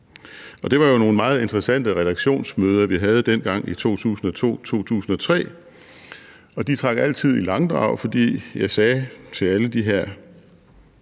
Det var jo nogle meget interessante redaktionsmøder, vi havde dengang i 2002-2003. De trak altid i langdrag, fordi jeg sagde til alle de her